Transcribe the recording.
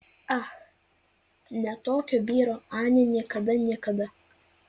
ach ne tokio vyro anė niekada niekada